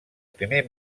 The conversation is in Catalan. primer